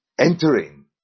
entering